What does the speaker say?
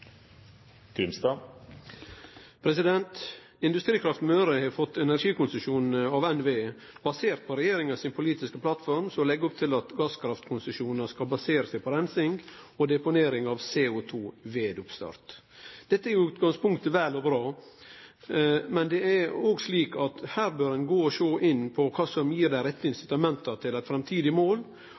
minutter. Industrikraft Møre har fått energikonsesjon av NVE, basert på regjeringa si politiske plattform, som legg opp til at gasskraftkonsesjonar skal basere seg på reinsing og deponering av CO2 ved oppstart. Dette er i utgangspunktet vel og bra, men det er òg slik at her bør ein gå inn og sjå på kva som gir dei rette incitamenta til eit framtidig mål